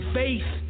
faith